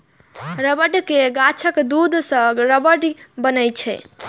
रबड़ के गाछक दूध सं रबड़ बनै छै